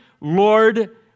Lord